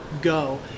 go